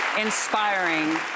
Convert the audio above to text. inspiring